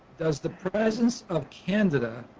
does the presence of canada